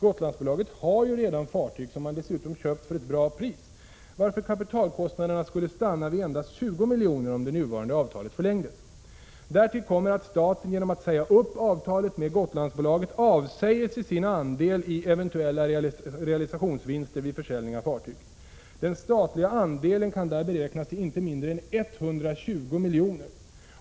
Gotlandsbolaget har ju redan fartyg, som man dessutom köpt för ett bra pris, varför kapitalkostnaderna skulle stanna vid endast 20 miljoner om det nuvarande avtalet förlängdes. Därtill kommer att staten genom att säga upp avtalet med Gotlandsbolaget avsäger sig sin andel i eventuella realisationsvinster vid försäljning av fartyg. Den statliga andelen kan där beräknas till inte mindre än 120 miljoner.